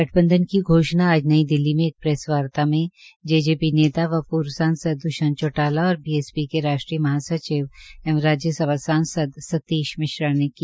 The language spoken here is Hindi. गठबंधन की घोषणा आज नई दिल्ली में एक प्रैस वार्ता मे जेजेपी नेता व पूर्व सांसद दुश्यंत चौटाला और बीएसपी के राष्ट्रीय महासचिव एवं राज्यसभा सांसद सतीश मिश्रा ने की